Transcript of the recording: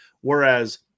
Whereas